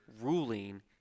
ruling